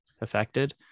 affected